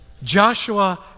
Joshua